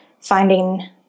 finding